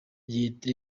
leta